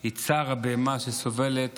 היא צער הבהמה, שסובלת